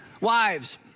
Wives